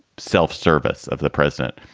self-service of the president.